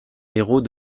héros